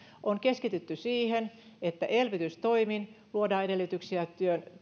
on keskitytty siihen että elvytystoimin luodaan edellytyksiä